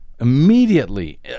immediately